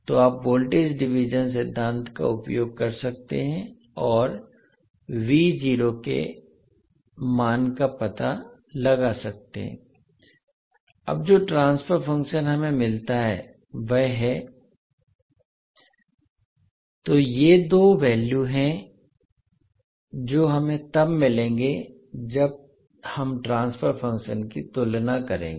तो आप voltage division सिद्धांत का उपयोग कर सकते हैं और के मान का पता लगा सकते हैं अब जो ट्रांसफर फंक्शन हमें मिलता है वह है तो ये दो वैल्यू हैं जो हमें तब मिलेंगे जब हम ट्रांसफर फंक्शन की तुलना करेंगे